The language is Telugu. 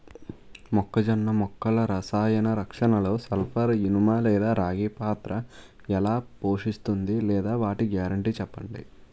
మొక్కజొన్న మొక్కల రసాయన రక్షణలో సల్పర్, ఇనుము లేదా రాగి పాత్ర ఎలా పోషిస్తుందో లేదా వాటి గ్యారంటీ చెప్పండి